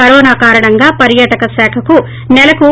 corona కారణంగా పర్శాటక శాఖకు నెలకు రూ